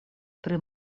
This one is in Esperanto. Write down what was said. pri